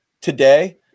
today